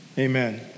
Amen